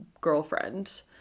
girlfriend